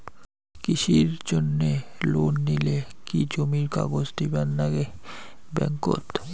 কৃষির জন্যে লোন নিলে কি জমির কাগজ দিবার নাগে ব্যাংক ওত?